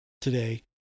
today